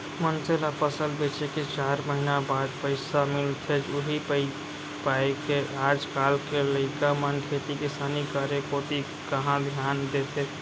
मनसे ल फसल बेचे के चार महिना बाद पइसा मिलथे उही पायके आज काल के लइका मन खेती किसानी करे कोती कहॉं धियान देथे